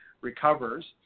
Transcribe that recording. recovers